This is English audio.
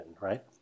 right